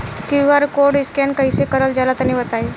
QR code scan कैसे क़रल जला तनि बताई?